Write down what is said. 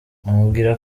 amubwira